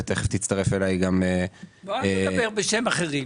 ותיכף תצטרף אליי גם -- לא אל תדבר בשם אחרים,